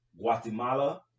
guatemala